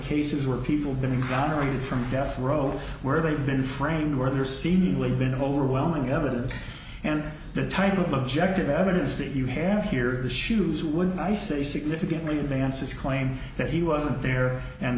cases where people been exonerated from death row where they've been framed where their seemingly been overwhelming evidence and the type of objective evidence that you hair here the shoes would i say significantly advances claim that he wasn't there and